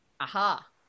Aha